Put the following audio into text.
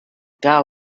gao